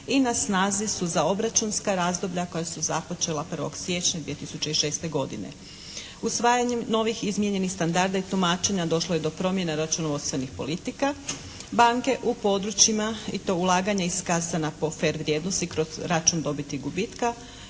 i na snazi su za obračunska razdoblja koja su započela 1. siječnja 2006. godine. Usvajanjem novih izmijenjenih standarda i tumačenja došlo je do promjene računovodstvenih politika banke u područjima i to ulaganja …/Govornik se ne razumije./… vrijednosti kroz račun dobiti i gubitka